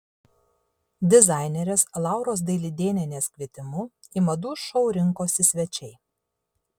dizainerės lauros dailidėnienės kvietimu į madų šou rinkosi svečiai